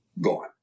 gone